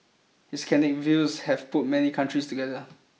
his candid views have put many countries together